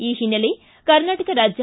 ಈ ಹಿನ್ನೆಲೆ ಕರ್ನಾಟಕ ರಾಜ್ಯ